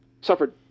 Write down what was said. suffered